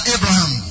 Abraham